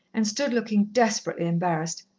and stood looking desperately embarrassed.